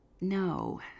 no